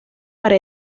para